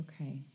okay